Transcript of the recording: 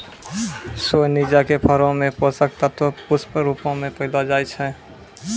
सोजिना के फरो मे पोषक तत्व पुष्ट रुपो मे पायलो जाय छै